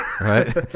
Right